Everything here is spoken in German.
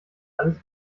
alles